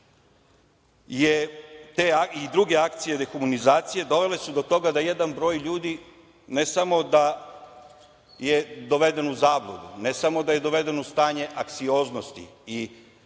i druge akcije dehumanizacije su dovele do toga da jedan broj ljudi ne samo da je doveden u zabludu, ne samo da je doveden u stanje anksioznosti i enormne